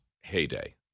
heyday